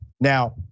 now